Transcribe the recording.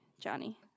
Johnny